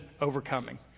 overcoming